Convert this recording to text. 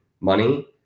money